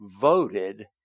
voted